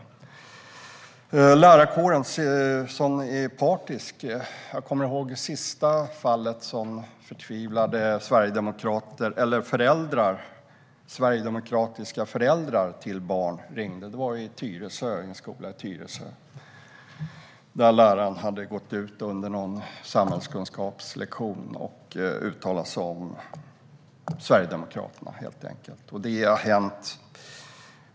När det gäller lärarkårens partiskhet kommer jag ihåg det senaste fallet där förtvivlade sverigedemokratiska föräldrar ringde. Det handlade om en skola i Tyresö, där läraren under någon samhällskunskapslektion hade uttalat sig om Sverigedemokraterna. Det har hänt fler gånger.